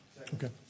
okay